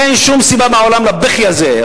אין שום סיבה בעולם לבכי הזה.